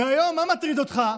והיום, מה מטריד אותך?